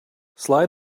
slide